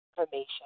information